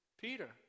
Peter